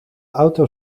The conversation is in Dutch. auto